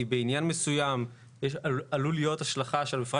כי בעניין מסוים עלולה להיות השלכה של מפרט